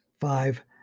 Five